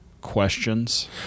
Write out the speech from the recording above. questions